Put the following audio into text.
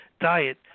diet